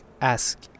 ask